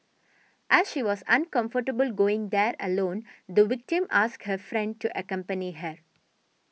as she was uncomfortable going there alone the victim asked her friend to accompany her